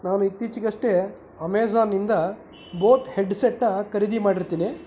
ನಾನು ಇತ್ತೀಚಿಗಷ್ಟೇ ಅಮೇಝಾನ್ನಿಂದ ಬೋಟ್ ಹೆಡ್ಸೆಟ್ನ ಖರೀದಿ ಮಾಡಿರ್ತೀನಿ